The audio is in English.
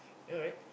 alright